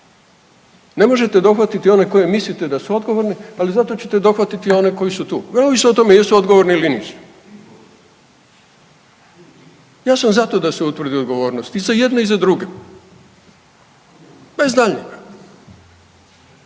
Ne možete dohvatiti one koje mislite da su odgovorni, ali zato ćete dohvatiti one koji su tu neovisno o tome jesu odgovorni ili nisu. Ja sam za to da se utvrdi odgovornost i za jedne i za druge bez daljnjega.